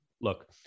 Look